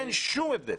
אין שום הבדל.